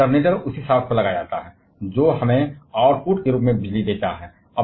और अल्टरनेटर उसी शाफ्ट पर लगाया जाता है जो हमें आउटपुट के रूप में बिजली देता है